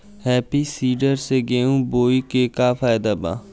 Happy seeder से गेहूं बोआई के का फायदा बा?